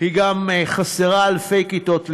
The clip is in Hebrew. היא גם חסרה אלפי כיתות לימוד.